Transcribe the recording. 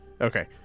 Okay